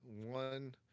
One